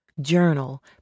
Journal